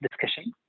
discussion